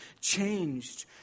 changed